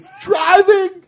Driving